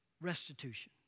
restitution